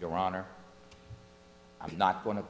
your honor i'm not going to